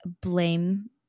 blame